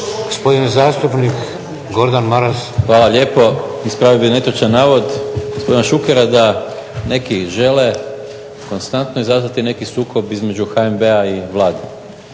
**Maras, Gordan (SDP)** Hvala lijepo. Ispravio bih netočan navod gospodina Šukera da neki žele konstantno izazvati neki sukob između HNB-a i Vlade.